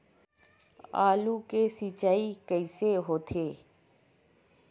आलू के सिंचाई कइसे होथे?